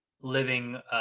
living